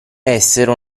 essere